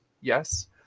Yes